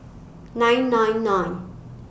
nine nine nine